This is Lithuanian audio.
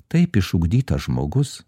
taip išugdytas žmogus